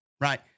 Right